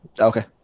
Okay